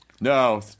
No